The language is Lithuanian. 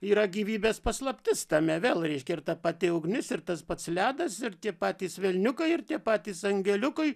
yra gyvybės paslaptis tame vėl reiškia ir ta pati ugnis ir tas pats ledas ir tie patys velniukai ir tie patys angeliukai